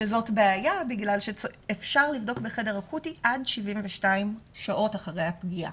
שזאת בעיה בגלל שאפשר לבדוק בחדר אקוטי עד 72 שעות אחרי הפגיעה.